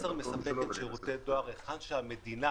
מסר מספקת שירותי דואר היכן שהמדינה